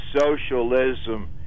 socialism